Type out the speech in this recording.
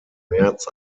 märz